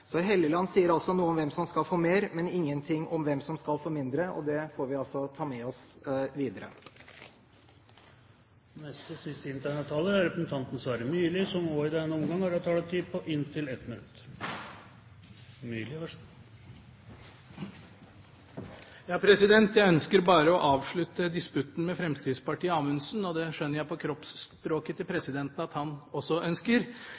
Helleland sier noe om hvem som skal få mer, men ingenting om hvem som skal få mindre, og det får vi altså ta med oss videre. Sverre Myrli har hatt ordet to ganger tidligere og får ordet til en kort merknad, begrenset til 1 minutt. Jeg ønsker bare å avslutte disputten med Fremskrittspartiet og Amundsen, og det skjønner jeg av kroppsspråket til presidenten at han også ønsker.